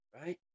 Right